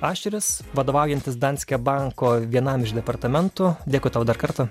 ašeris vadovaujantis danske banko vienam iš departamentų dėkui tau dar kartą